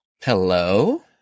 Hello